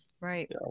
right